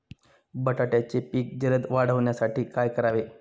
बटाट्याचे पीक जलद वाढवण्यासाठी काय करावे?